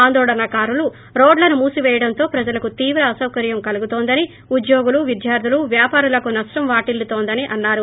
ఆందోళన కారులు రోడ్లను మూసిపేయడంతో ప్రజలకు తీవ్ర అసాకర్యం కలుగుతోందని ఉద్యోగులు విద్యార్దులు వ్యాపారులకు నష్టం వాటిల్లుతోందని అన్నారు